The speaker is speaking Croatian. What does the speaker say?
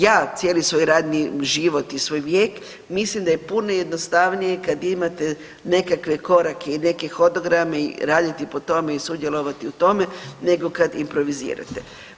Ja cijeli svoj radni život i svoj vijek mislim da je puno jednostavnije kad imate nekakve korake i neke hodograme i raditi po tome i sudjelovati u tome nego kad improvizirate.